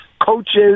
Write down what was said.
coaches